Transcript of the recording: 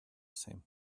same